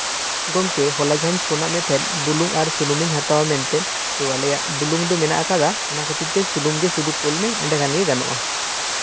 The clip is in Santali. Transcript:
ᱜᱚᱝᱠᱮ ᱦᱚᱞᱟ ᱡᱟᱦ ᱟᱸᱧ ᱯᱷᱳᱱᱟᱫ ᱢᱮ ᱛᱟᱦᱮᱸᱡ ᱵᱩᱞᱩᱝ ᱟ ᱨ ᱥᱩᱱᱩᱢᱤᱧ ᱦᱟᱛᱟᱣᱟ ᱢᱮᱱᱛᱮ ᱛᱚ ᱟᱞᱮᱭᱟᱜ ᱵᱩᱞᱩᱝ ᱢᱮᱱᱟᱜ ᱟᱠᱟᱫᱟ ᱚᱱᱟ ᱠᱷᱟᱛᱤᱨ ᱛᱮ ᱥᱩᱱᱩᱢ ᱠᱷᱟᱞᱤ ᱠᱩᱞ ᱢᱮ ᱮᱸᱰᱮ ᱠᱷᱟᱱ ᱜᱮ ᱜᱟᱱᱚᱜᱼᱟ